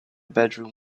bedroom